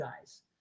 guys